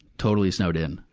totally snowed in.